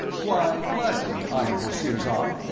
why, gladly, honorable sirzob,